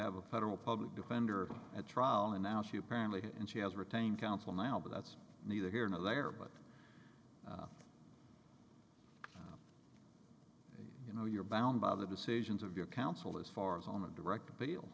have a federal public defender at trial and now she apparently and she has retained counsel now but that's neither here nor there but you know you're bound by the decisions of your counsel as far as on a direct